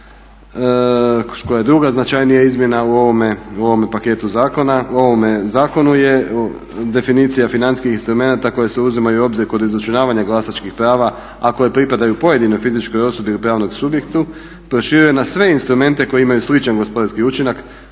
koja je druga značajnija izmjena u ovome zakonu je definicija financijskih instrumenata koje se uzimaju u obzir kod izračunavanja glasačkih prava, a koja pripadaju pojedinoj fizičkoj osobi ili pravnom subjektu, prošire na sve instrumente koji imaju sličan gospodarski učinak